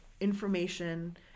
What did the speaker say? information